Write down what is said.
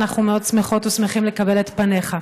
אנחנו מאוד שמחות ושמחים לקבל את פניך.